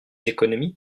économies